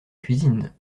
cuisine